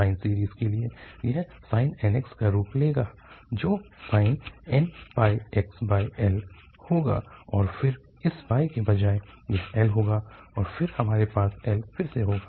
sign series के लिए यह sin nx का रूप लेगा जो sin nπxL होगा और फिर इस के बजाय यह L होगा और फिर हमारे पास L फिर से होगा